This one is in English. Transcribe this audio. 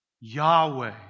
Yahweh